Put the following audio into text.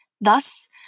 Thus